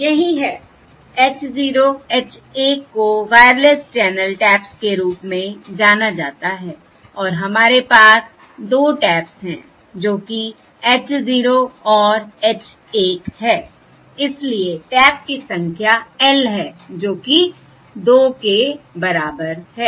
यही है h 0 h 1 को वायरलेस चैनल टैप्स के रूप में जाना जाता है और हमारे पास 2 टैप्स हैं जो कि h 0 और h 1 है इसलिए टैप की संख्या L है जो कि 2 के बराबर है